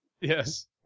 Yes